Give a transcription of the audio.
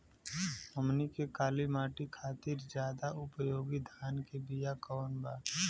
हमनी के काली माटी खातिर ज्यादा उपयोगी धान के बिया कवन बा?